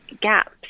gaps